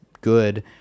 good